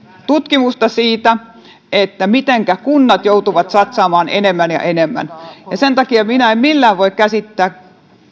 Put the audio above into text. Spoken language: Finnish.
siitä mitenkä kunnat joutuvat satsaamaan enemmän ja enemmän sen takia minä en millään voi käsittää